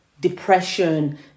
depression